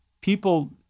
people